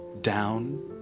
down